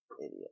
idiot